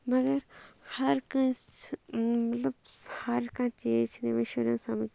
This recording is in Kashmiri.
مگر ہر کٲنٛسہِ مطلب ہر کانٛہہ چیٖز چھِنہٕ أمِس شُرٮ۪ن سَمٕجھ